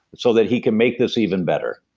so that he can make this even better.